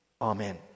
Amen